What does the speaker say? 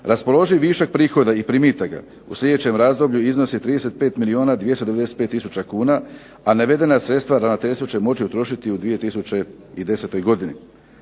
Raspoloživ višak prihoda i primitaka u sljedećem razdoblju iznosi 35 milijuna 295 tisuća kuna, a navedena sredstva ravnateljstvo će moći utrošiti u 2010. godini.